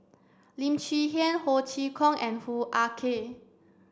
Lim Chwee Chian Ho Chee Kong and Hoo Ah Kay